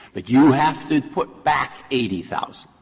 but you have to put back eighty thousand,